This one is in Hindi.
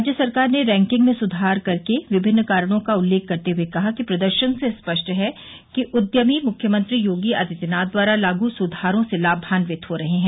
राज्य सरकार ने रैंकिंग में सुधार के विभिन्न कारणों का उल्लेख करते हुए कहा कि प्रदर्शन से स्पष्ट है कि उद्यमी मुख्यमंत्री योगी आदित्यनाथ द्वारा लागू सुधारों से लाभान्वित हो रहे हैं